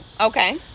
Okay